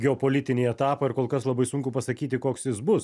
geopolitinį etapą ir kol kas labai sunku pasakyti koks jis bus